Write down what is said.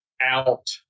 out